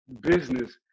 business